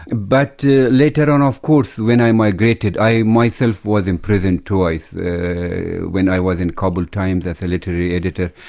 ah but later on of course, when i migrated, i myself was in prison twice. when i was in kabul times as a literary editor,